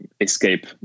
escape